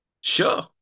sure